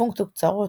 פונקציות קצרות,